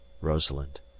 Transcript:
Rosalind